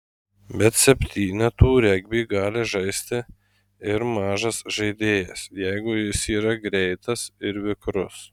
bet septynetų regbį gali žaisti ir mažas žaidėjas jeigu jis yra greitas ir vikrus